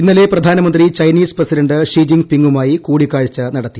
ഇന്നലെ പ്രധാനമന്ത്രി Chinese president Xi ജിൻ പിംഗുമായ കൂടിക്കാഴ്ച നടത്തി